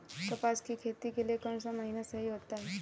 कपास की खेती के लिए कौन सा महीना सही होता है?